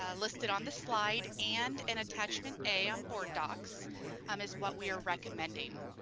ah listed on the slide and in attachment a on board docs um is what we are recommending.